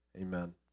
Amen